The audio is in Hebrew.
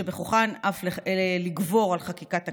שבכוחן אף לגבור על חקיקת הכנסת,